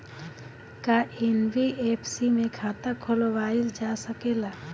का एन.बी.एफ.सी में खाता खोलवाईल जा सकेला?